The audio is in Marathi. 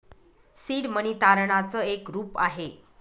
सीड मनी तारणाच एक रूप आहे